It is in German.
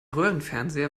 röhrenfernseher